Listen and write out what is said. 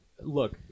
look